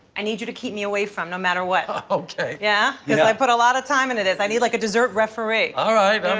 i need you to keep me away from no matter what ok yeah? yeah cause i put a lot of time into this. i need, like, a dessert referee all right, um